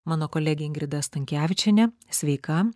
mano kolegė ingrida stankevičienė sveika